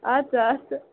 اَدٕ سا اَدٕ سا